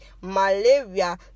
malaria